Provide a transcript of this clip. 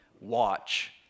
watch